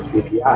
if yeah